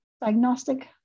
diagnostic